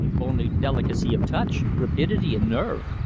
only delicacy of touch, rapidity and nerve.